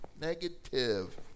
negative